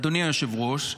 אדוני היושב-ראש,